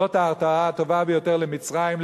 זאת ההרתעה הטובה ביותר למצרים,